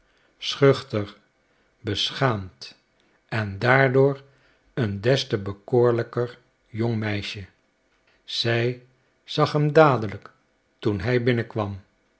schuchter beschaamd en daardoor een des te bekoorlijker jong meisje zij zag hem dadelijk toen hij